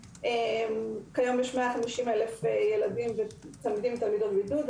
כיום יש 250 אלף תלמידים ותלמידות בבידוד.